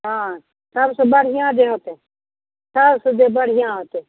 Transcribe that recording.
हँ सबसँ बढ़िआँ जे होयतै सबसँ जे बढ़िआँ होयतै